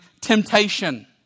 temptation